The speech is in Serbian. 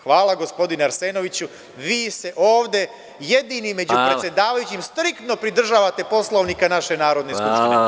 Hvala, gospodine Arsenoviću, vi se ovde jedini među predsedavajućima striktno pridržavate Poslovnika naše Narodne skupštine.